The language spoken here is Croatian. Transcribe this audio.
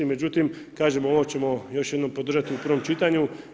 Međutim, kažem ovo ćemo još jednom podržati u prvom čitanju.